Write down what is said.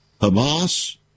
Hamas